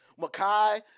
Makai